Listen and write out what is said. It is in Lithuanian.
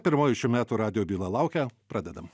pirmoji šių metų radijo byla laukia pradedam